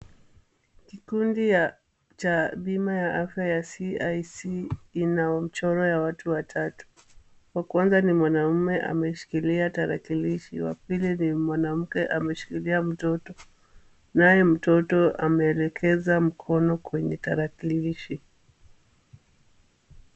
Kikundi cha bima ya afya ya CIC ina mchoro wa watu watatu, wa kwanza ni mwanamume ameshikilia tarakilishi, wapili ni mwanamke ameshikilia mtoto, naye mtoto ameelekeza mkono kwenye tarakilishi.